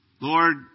Lord